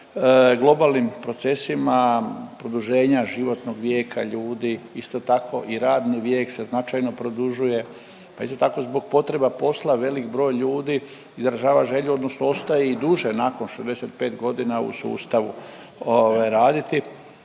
globalnim procesima produženja životnog vijeka ljudi, isto tako i radni vijek se značajno produžuje, pa isto tako zbog potreba posla velik broj ljudi izražava želju odnosno ostaje i duže nakon 65.g. u sustavu ovaj raditi.